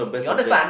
you understand